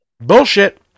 Bullshit